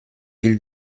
îles